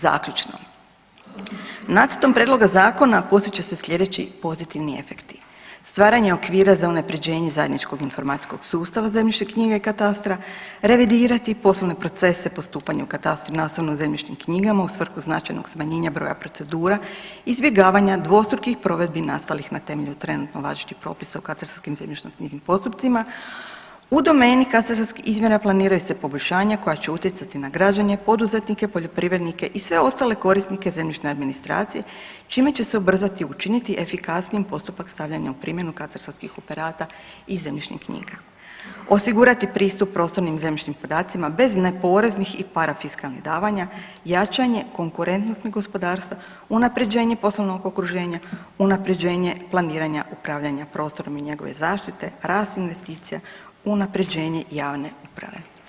Zaključno, nacrtom prijedloga zakona postići će se sljedeći pozitivni efekti, stvaranje okvira za unaprjeđenje zajedničkog informacijskog sustava zemljišne knjige i katastra, revidirati poslovne procese postupanja u katastru i nastavno, u zemljišnim knjigama u svrhu značajnog smanjenja broja procedura, izbjegavanja dvostrukih provedbi nastalih na temelju trenutno važećih propisa u katastarskim i zemljišnoknjižnim postupcima u domeni katastarskih izmjera planiraju se poboljšanja koja će utjecati na građenje, poduzetnike, poljoprivrednike i sve ostale korisnike zemljišne administracije, čime će se ubrzati i učiniti efikasnijim postupak stavljanja u primjenu katastarskih operata i zemljišnih knjiga, osigurati pristup prostornim zemljišnim podacima bez neporeznih i parafiskalnih davanja, jačanje konkurentnosti gospodarstva, unaprjeđenje poslovnog okruženja, unaprjeđenje planiranja upravljanja prostorom i njegove zaštite, rast investicija, unaprjeđenje javne uprave.